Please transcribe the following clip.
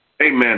Amen